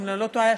אם אני לא טועה,